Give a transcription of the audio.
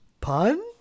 pun